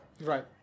Right